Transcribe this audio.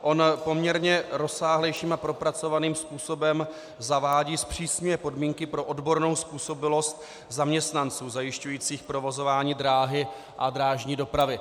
On poměrně rozsáhlejším a propracovaným způsobem zavádí zpřísněné podmínky pro odbornou způsobilost zaměstnanců zajišťujících provozování dráhy a drážní dopravy.